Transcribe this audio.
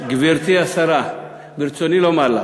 גברתי השרה, ברצוני לומר לך,